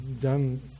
done